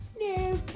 No